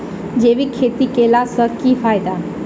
जैविक खेती केला सऽ की फायदा?